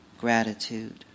gratitude